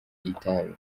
itabi